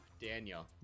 Daniel